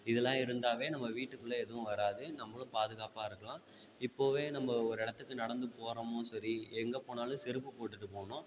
இதெல்லாம் இருந்தாவே நம்ம வீட்டுக்குள்ளே எதுவும் வராது நம்மளும் பாதுகாப்பாக இருக்கலாம் இப்போவே நம்ம ஒரு இடத்துக்கு நடந்துப் போகிறோம்னு சரி எங்கே போனாலும் செருப்பு போட்டுட்டு போகணும்